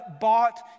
bought